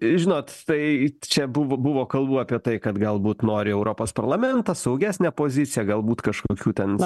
žinot tai čia buvo buvo kalbų apie tai kad galbūt nori europos parlamentas saugesnę poziciją galbūt kažkokių ten